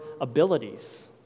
abilities